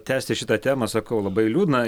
tęsti šitą temą sakau labai liūdna